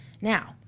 now